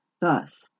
Thus